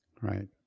Right